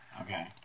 Okay